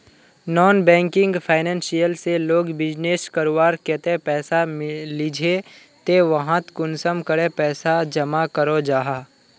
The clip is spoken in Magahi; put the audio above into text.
नॉन बैंकिंग फाइनेंशियल से लोग बिजनेस करवार केते पैसा लिझे ते वहात कुंसम करे पैसा जमा करो जाहा?